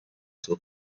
zur